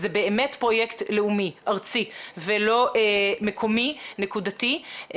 זה באמת פרויקט לאומי, ארצי ולא מקומי נקודתי.